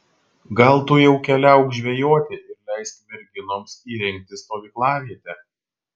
gal tu jau keliauk žvejoti ir leisk merginoms įrengti stovyklavietę